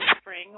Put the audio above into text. spring